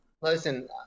Listen